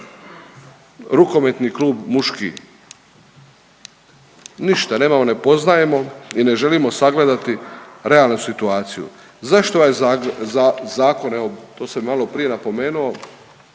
rukometni klub muški ništa nemamo, ne poznajemo i ne želimo sagledati realnu situaciju. Zašto ovaj zakon, evo to sam malo prije napomenuo,